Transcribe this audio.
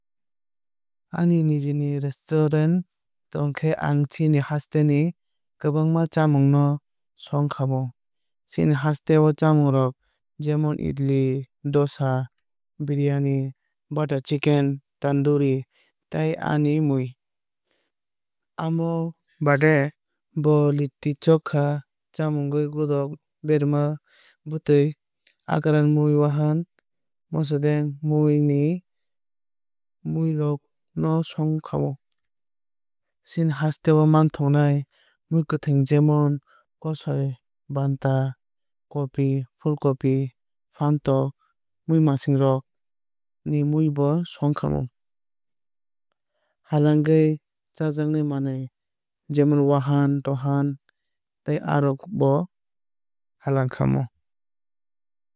Ani niji ni restaurant tongkhe ang chini haste ni kwbangma chamungno songkhamu. Chini haste o chamung rok jemon idli dosa biriyani butter chicken tondoori tei aa ni mui. Amo baade bo litti chokha chakhwui godak berma bwtwui akran mui wahan mosodeng muiya ni mui rok no songkhamu. Funngo chamung rok jemon puri paratha awaang bangwui rok no bo songkhamu. Chini hasteo manthognai mwkhwuitwng jemon kosoi banda copi full copi phantok muimaising rok ni mui bo songkhamu. Halangwui chajaknai manwui jemon wahan tohan tei aa rok bo halang khamu.